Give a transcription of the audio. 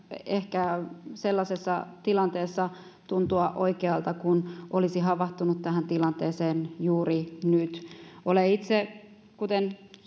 ehkä sellaisessa tilanteessa tuntua oikealta kun olisi havahtunut tähän tilanteeseen juuri nyt olen itse kuten